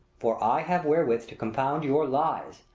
for i have wherewith to confound your lies,